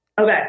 Okay